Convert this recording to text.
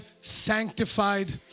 sanctified